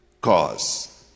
cause